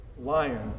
Lion